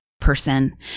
person